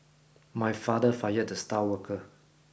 my father fired the star worker